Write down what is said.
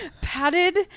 padded